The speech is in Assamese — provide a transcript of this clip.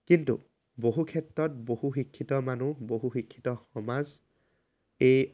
কিন্তু বহু ক্ষেত্ৰত বহু শিক্ষিত মানুহ বহু শিক্ষিত সমাজ এই